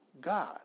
God